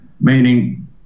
Meaning